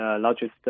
largest